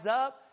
up